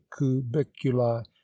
cubiculi